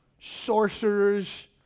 sorcerers